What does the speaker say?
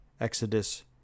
Exodus